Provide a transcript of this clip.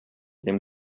dem